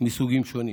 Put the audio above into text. מסוגים שונים.